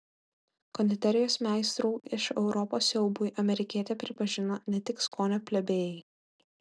konditerijos meistrų iš europos siaubui amerikietę pripažino ne tik skonio plebėjai